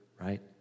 right